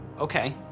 Okay